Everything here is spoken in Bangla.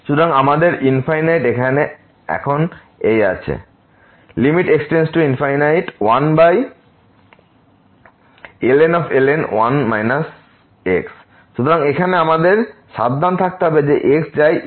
সুতরাং আমাদের এখানে এখন এই আছে x→∞1ln 1 1x সুতরাং এখানে আমাদের সাবধান থাকতে হবে যখন x যায় তে